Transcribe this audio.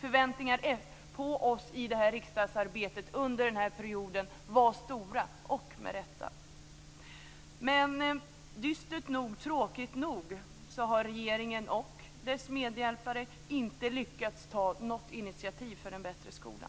Förväntningarna på oss i riksdagsarbetet under denna period var stora, och de var så med rätta. Dystert nog har regeringen och dess medhjälpare inte lyckats ta något initiativ för en bättre skola.